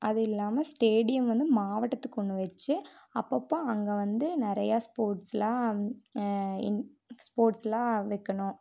அது இல்லாமல் ஸ்டேடியம் வந்து மாவட்டத்துக்கு ஒன்று வச்சு அப்பப்போ அங்கே வந்து நிறையா ஸ்போர்ட்ஸ்லாம் இன் ஸ்போர்ட்ஸ்லாம் வைக்கணும்